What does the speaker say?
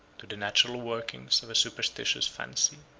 to the natural workings of a superstitious fancy.